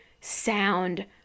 sound